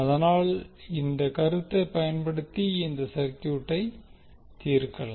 அதனால் இந்த கருத்தை பயன்படுத்தி இந்த சர்க்யூட்டை தீர்க்கலாம்